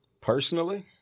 Personally